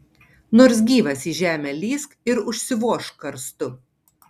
nors gyvas į žemę lįsk ir užsivožk karstu